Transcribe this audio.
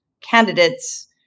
candidates